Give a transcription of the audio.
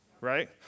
Right